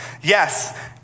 Yes